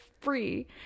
free